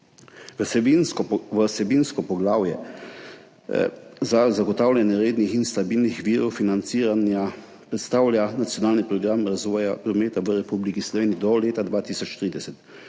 Vsebinsko poglavje za zagotavljanje rednih in stabilnih virov financiranja predstavlja Nacionalni program razvoja prometa v Republiki Sloveniji do leta 2030,